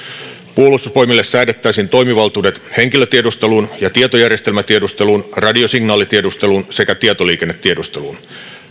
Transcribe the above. puolustusvoimille säädettäisiin toimivaltuudet henkilötiedusteluun ja tietojärjestelmätiedusteluun radiosignaalitiedusteluun sekä tietoliikennetiedusteluun